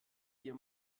ihr